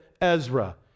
Ezra